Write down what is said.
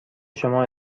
شما